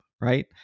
right